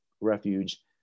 refuge